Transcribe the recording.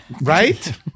Right